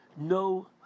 no